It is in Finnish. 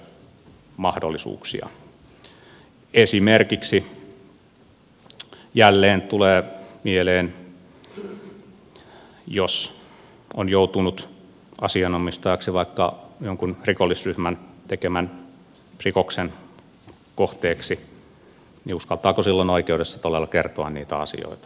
esimerkiksi jälleen tulee mieleen että jos on joutunut asianomistajaksi vaikka jonkun rikollisryhmän tekemän rikoksen kohteeksi niin uskaltaako silloin oikeudessa todella kertoa niitä asioita